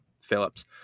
Phillips